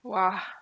!wah!